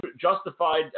justified